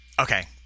Okay